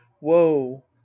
woe